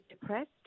depressed